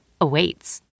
awaits